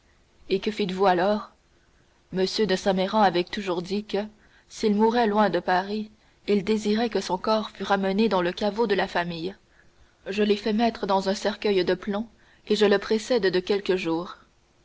et que fîtes-vous alors m de saint méran avait toujours dit que s'il mourait loin de paris il désirait que son corps fût ramené dans le caveau de la famille je l'ai fait mettre dans un cercueil de plomb et je le précède de quelques jours